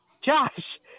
josh